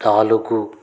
నాలుగు